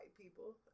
people